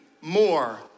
more